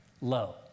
low